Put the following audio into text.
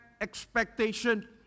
expectation